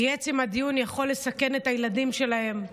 כי עצם הדיון יכול לסכן את הילדים שלהם,